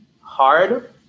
hard